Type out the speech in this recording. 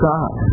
God